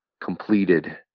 completed